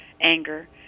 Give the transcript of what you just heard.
anger